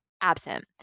absent